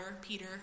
Peter